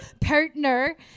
partner